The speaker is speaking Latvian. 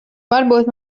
varbūt